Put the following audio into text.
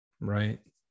Right